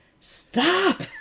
Stop